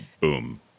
boom